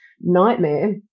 nightmare